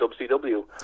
WCW